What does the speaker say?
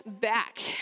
back